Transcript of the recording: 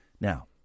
Now